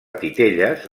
titelles